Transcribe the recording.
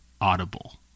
Audible